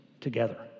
together